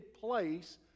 place